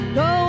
go